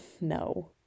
No